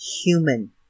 human